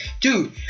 Dude